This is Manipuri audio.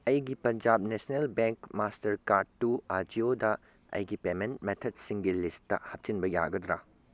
ꯑꯩꯒꯤ ꯄꯟꯖꯥꯕ ꯅꯦꯁꯅꯦꯜ ꯕꯦꯡꯛ ꯃꯥꯁꯇꯔ ꯀꯥꯔ꯭ꯗꯇꯨ ꯑꯥꯖꯤꯌꯣꯗ ꯑꯩꯒꯤ ꯄꯦꯃꯦꯟ ꯃꯦꯊꯠꯁꯤꯡꯒꯤ ꯂꯤꯁꯇ ꯍꯥꯞꯆꯤꯟꯕ ꯌꯥꯒꯗ꯭ꯔ